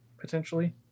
potentially